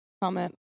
comment